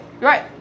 Right